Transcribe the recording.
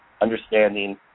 understanding